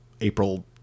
April